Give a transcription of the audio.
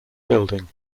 building